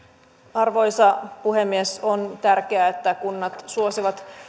arvoisa puhemies on tärkeää että kunnat suosivat